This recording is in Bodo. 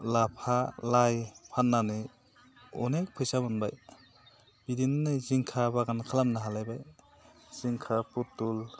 लाफा लाइ फाननानै अनेख फैसा मोनबाय बिदिनो नै जिंखा बागान खालामनो हालायबाय जिंखा पटल